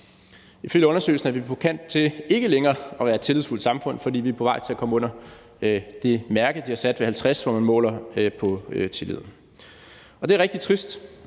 Ifølge undersøgelsen er vi på kanten til ikke længere at være et tillidsfuldt samfund, fordi vi er på vej til at komme under det mærke, vi har sat ved 50, når man måler på tillid. Det er rigtig trist,